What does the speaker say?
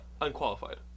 unqualified